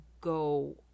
go